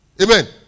Amen